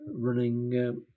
running